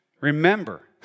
Remember